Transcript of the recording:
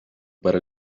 para